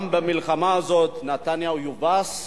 גם במלחמה הזאת נתניהו יובס ויתקפל.